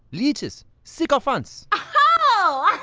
leeches, sycophants. oh.